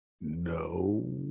No